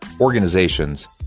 organizations